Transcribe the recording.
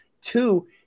two